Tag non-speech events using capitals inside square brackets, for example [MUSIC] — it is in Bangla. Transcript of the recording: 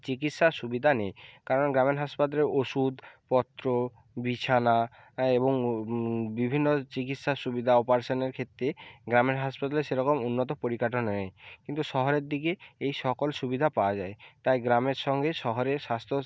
চিকিৎসার সুবিধা নেই কারণ গ্রামীণ হাসপাতালে ওষুধ পত্র বিছানা এবং বিভিন্ন চিকিৎসার সুবিধা অপারেশানের ক্ষেত্রে গ্রামের হাসপাতালে সেরকম উন্নত পরিকাটা [UNINTELLIGIBLE] নেই কিন্তু শহরের দিকে এই সকল সুবিধা পাওয়া যায় তাই গ্রামের সঙ্গে শহরের স্বাস্থ্য